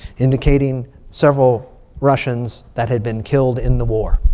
indicating several russians that had been killed in the war.